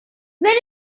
when